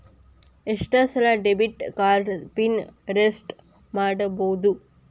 ಎಷ್ಟ ಸಲ debit card pin reset ಮಾಡಬೋದು